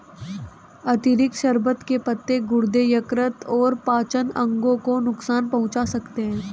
अतिरिक्त शर्बत के पत्ते गुर्दे, यकृत और पाचन अंगों को नुकसान पहुंचा सकते हैं